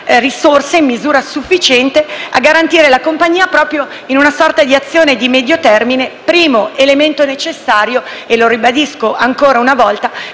risorse in misura sufficiente a garantire la compagnia in un'azione di medio termine, primo elemento necessario - e lo ribadisco ancora una volta